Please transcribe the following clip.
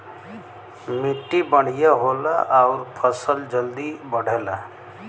मट्टी बढ़िया होला आउर फसल जल्दी बढ़ला